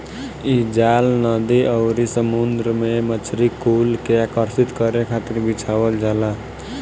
इ जाल नदी अउरी समुंदर में मछरी कुल के आकर्षित करे खातिर बिछावल जाला